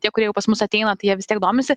tie kurie jau pas mus ateina tai jie vis tiek domisi